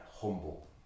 humble